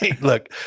Look